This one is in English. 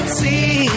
see